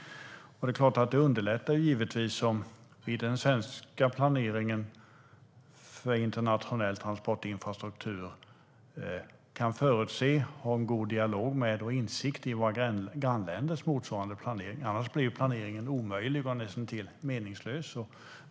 Det är klart att det underlättar om den svenska planeringen för internationell transportinfrastruktur kan förutse och ha en god dialog med och inblick i våra grannländers motsvarande planering. Annars blir planeringen omöjlig och näst intill meningslös.